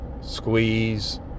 squeeze